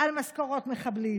על משכורות מחבלים.